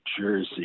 Jersey